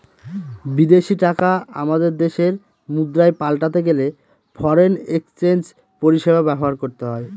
বিদেশী টাকা আমাদের দেশের মুদ্রায় পাল্টাতে গেলে ফরেন এক্সচেঞ্জ পরিষেবা ব্যবহার করতে হয়